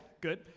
Good